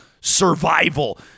survival